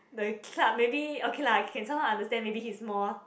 the club maybe okay lah can somehow understand maybe he is more